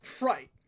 Right